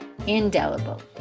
indelible